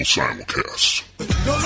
Simulcast